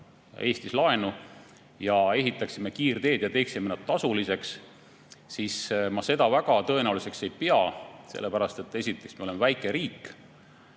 Eestis laenu ja ehitaksime kiirteed ja teeksime need tasuliseks – ma seda väga tõenäoliseks ei pea. Esiteks, me oleme väike riik,